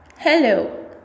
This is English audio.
Hello